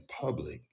public